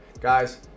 Guys